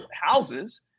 houses